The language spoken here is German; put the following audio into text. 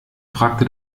fragte